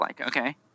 Okay